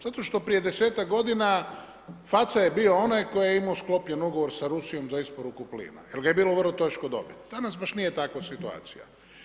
Zato što prije desetak godina faca je bio onaj tko je imao sklopljen ugovor sa Rusijom za isporuku plina jel ga je bilo vrlo teško dobiti, danas baš nije takva situacija.